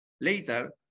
Later